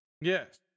Yes